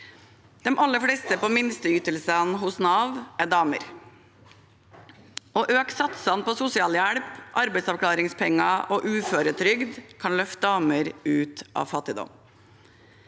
De aller fleste på minsteytelsene hos Nav er damer. Å øke satsene på sosialhjelp, arbeidsavklaringspenger og uføretrygd kan løfte damer ut av fattigdom.